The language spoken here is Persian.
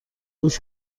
گوش